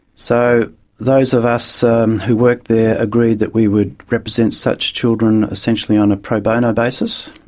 so those of us um who worked there agreed that we would represent such children essentially on a pro bono basis,